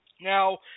Now